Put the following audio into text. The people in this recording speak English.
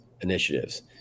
initiatives